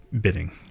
bidding